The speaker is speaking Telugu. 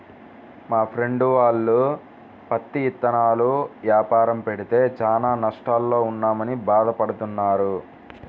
మా ఫ్రెండు వాళ్ళు పత్తి ఇత్తనాల యాపారం పెడితే చానా నష్టాల్లో ఉన్నామని భాధ పడతన్నారు